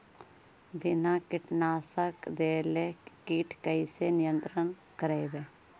बिना कीटनाशक देले किट कैसे नियंत्रन करबै?